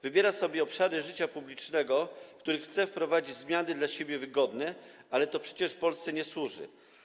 Wybiera sobie obszary życia publicznego, w których chce wprowadzić zmiany dla siebie wygodne, ale to przecież Polsce nie służy.